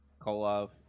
Kolov